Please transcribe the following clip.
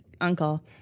uncle